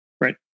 Right